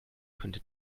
könnte